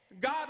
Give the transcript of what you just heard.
God